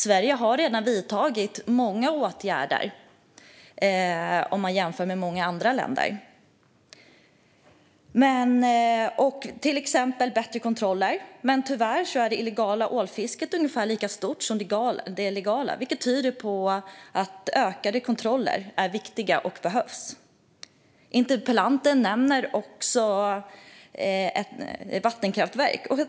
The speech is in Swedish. Sverige har redan vidtagit många åtgärder i jämförelse med många andra länder; till exempel har vi infört bättre kontroller. Men tyvärr är det illegala ålfisket ungefär lika stort som det legala, vilket tyder på att ökade kontroller är viktiga och behövs. Interpellanten nämner också vattenkraftverk.